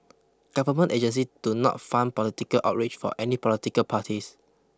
government agency do not fund political outreach for any political parties